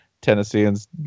Tennesseans